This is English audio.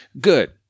Good